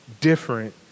different